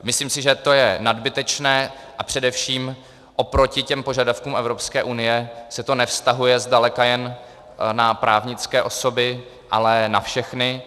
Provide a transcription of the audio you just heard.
Myslím si, že je to nadbytečné, a především oproti požadavkům Evropské unie se to nevztahuje zdaleka jen na právnické osoby, ale na všechny.